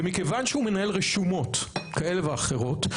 ומכיוון שהוא מנהל רשומות כאלה ואחרות,